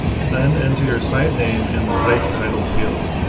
then enter your site name in the site title field.